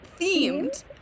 Themed